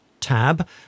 tab